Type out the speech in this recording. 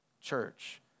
church